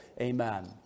Amen